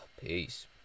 Peace